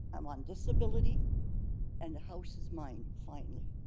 i'm on disability and the house is mine finally.